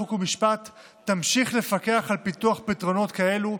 חוק ומשפט תמשיך לפקח על פיתוח פתרונות כאלה,